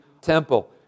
temple